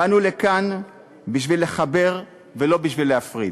באנו לכאן בשביל לחבר ולא בשביל להפריד.